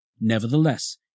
Nevertheless